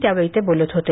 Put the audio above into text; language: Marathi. त्यावेळी ते बोलत होते